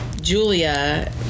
Julia